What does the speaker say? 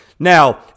Now